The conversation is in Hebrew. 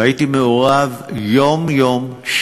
הייתי מעורב יום-יום,